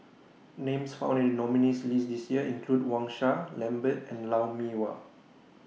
Names found in The nominees' list This Year include Wang Sha Lambert and Lou Mee Wah